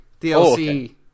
DLC